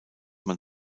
man